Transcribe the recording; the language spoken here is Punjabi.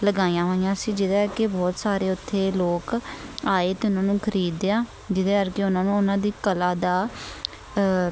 ਲਗਾਈਆਂ ਹੋਈਆਂ ਸੀ ਜਿੱਦਾਂ ਕਿ ਬਹੁਤ ਸਾਰੇ ਉੱਥੇ ਲੋਕ ਆਏ ਅਤੇ ਉਹਨਾਂ ਨੂੰ ਖਰੀਦਿਆ ਜਿਹਦੇ ਕਰਕੇ ਉਹਨਾਂ ਨੂੰ ਉਹਨਾਂ ਦੀ ਕਲਾ ਦਾ